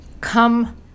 come